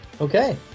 Okay